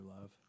love